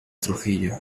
trujillo